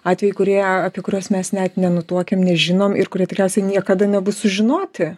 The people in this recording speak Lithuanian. atvejų kurie apie kuriuos mes net nenutuokiam nežinom ir kurie tikriausiai niekada nebus sužinoti